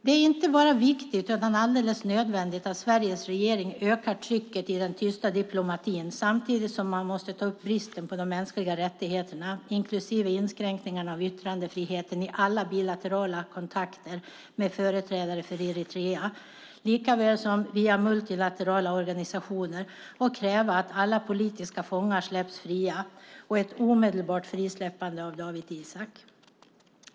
Det är inte bara viktigt utan alldeles nödvändigt att Sveriges regering ökar trycket i den tysta diplomatin samtidigt som man måste ta upp bristen på de mänskliga rättigheterna, inklusive inskränkningarna av yttrandefriheten, i alla bilaterala kontakter med företrädare för Eritrea likaväl som via multilaterala organisationer och kräva att alla politiska fångar släpps fria och ett omedelbart frisläppande av Dawit Isaak.